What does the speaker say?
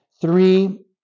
Three